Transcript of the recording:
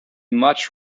much